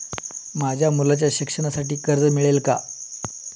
माझ्या मुलाच्या शिक्षणासाठी कर्ज मिळेल काय?